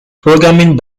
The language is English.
programming